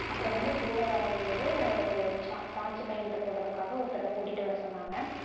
அப்புறம்வந்து கூடவரும்போது ஒரு சாட்சிக் கையெழுத்து போடுகிறதுக்காக ஒருத்தரை கூட்டிட்டு வரசொன்னாங்கள்